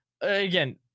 again